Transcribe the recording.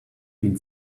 been